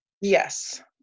yes